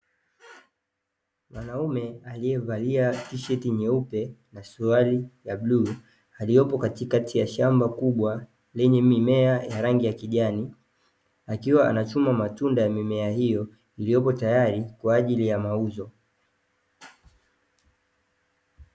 Mwanaume aliyevalia tisheti nyeupe na suruali ya bluu, aliyopo katika shamba kubwa lenye mimea ya rangi ya kijani. Akiwa anachuma matunda ya mimea hiyo, iliyopo tayari kwa ajili ya mauzo.